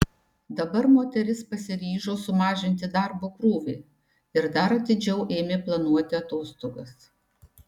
dabar moteris pasiryžo sumažinti darbo krūvį ir dar atidžiau ėmė planuoti atostogas